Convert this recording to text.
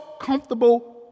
comfortable